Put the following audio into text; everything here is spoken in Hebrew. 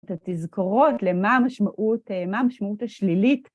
את התזכורות למה המשמעות השלילית.